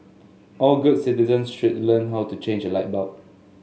all good citizens should learn how to change a light bulb